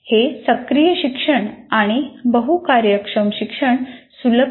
हे सक्रिय शिक्षण आणि बहु कार्यक्षम शिक्षण सुलभ करते